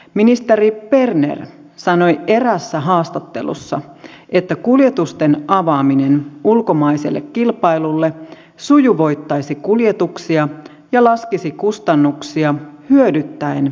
ministeri berner sanoi eräässä haastattelussa että kuljetusten avaaminen ulkomaiselle kilpailulle sujuvoittaisi kuljetuksia ja laskisi kustannuksia hyödyttäen elinkeinoelämää